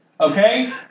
Okay